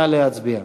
נא להצביע.